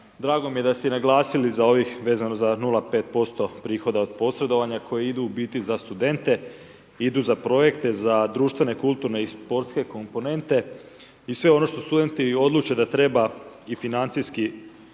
Drago mi je da ste i naglasili vezano za ovih 0,5% prihoda od posredovanja koji idu u biti za studente, idu za projekte, za društvene, kulturne i sportske komponente i sve ono što studenti odluče da treba i financijski potaknuti,